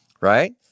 right